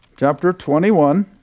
chapter twenty one